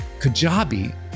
Kajabi